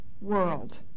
world